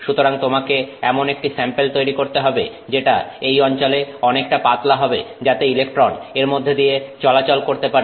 সুতরাং তোমাকে এমন একটি স্যাম্পেল তৈরি করতে হবে যেটা এই অঞ্চলে অনেকটা পাতলা হবে যাতে ইলেকট্রন এর মধ্যে দিয়ে চলাচল করতে পারে